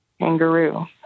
Kangaroo